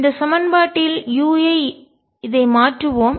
இந்த சமன்பாட்டில் u ஐ இதை மாற்றுவோம்